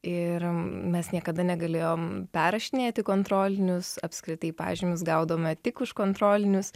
ir mes niekada negalėjom perrašinėti kontrolinius apskritai pažymius gaudavome tik už kontrolinius